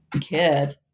kid